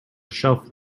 shelf